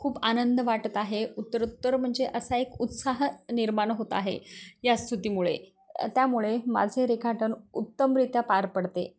खूप आनंद वाटत आहे उत्तर उत्तर म्हणजे असा एक उत्साह निर्माण होत आहे या स्तुतीमुळे त्यामुळे माझे रेखाटन उत्तमरित्या पार पडते